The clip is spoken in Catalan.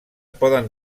poden